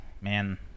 man